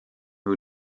who